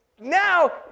Now